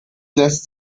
less